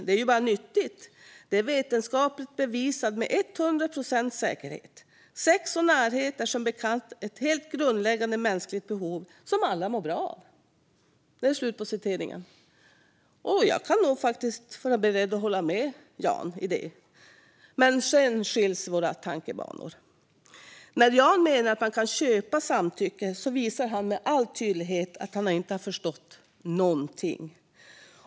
Det är ju bara nyttigt. Det är vetenskapligt bevisat med 100 procents säkerhet. Sex och närhet är, som bekant, ett helt grundläggande mänskligt behov som alla mår bra av. Jag kan nog faktiskt vara beredd att hålla med Jan om det, men sedan skiljs våra tankebanor. När Jan menar att man kan köpa samtycke visar han med all tydlighet att han inte har förstått någonting.